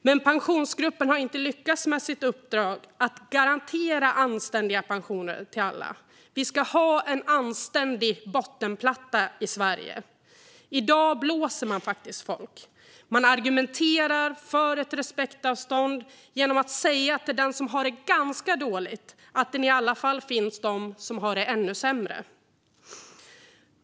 Men Pensionsgruppen har inte lyckats med sitt uppdrag att garantera anständiga pensioner till alla. Vi ska ha en anständig bottenplatta i Sverige. I dag blåser man faktiskt folk. Man argumenterar för ett respektavstånd genom att säga till den som har det ganska dåligt att det i alla fall finns de som har det ännu sämre.